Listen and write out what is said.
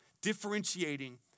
differentiating